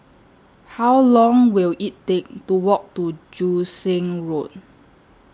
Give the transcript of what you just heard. How Long Will IT Take to Walk to Joo Seng Road